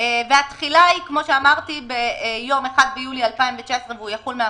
"תחילה ותחולה 2. תחילתו של חוק זה